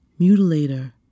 mutilator